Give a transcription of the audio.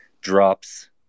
drops